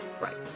Right